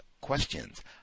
questions